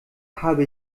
habe